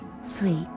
sweet